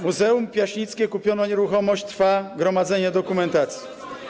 Muzeum Piaśnickie - kupiona nieruchomość, trwa gromadzenie dokumentacji.